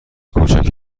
کوچک